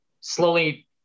slowly